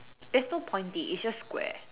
there's no pointy it's just Square